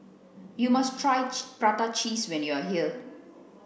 You must try prata cheese when you are here